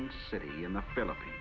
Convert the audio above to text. and city in the philippines